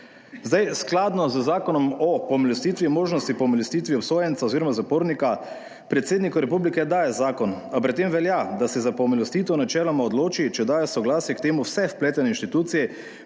državi. Skladno z zakonom o pomilostitvi, možnosti pomilostitve obsojenca oz. zapornika predsedniku republike daje zakon, a pri tem velja, da se za pomilostitev načeloma odloči, če daje soglasje k temu vse vpletene inštitucije,